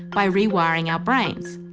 by rewiring our brains